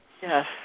Yes